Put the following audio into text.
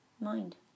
Mind